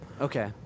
Okay